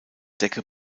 decke